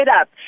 up